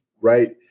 Right